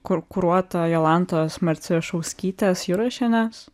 kur kuruota jolantos marcišauskytės jurašienės